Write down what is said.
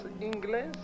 inglés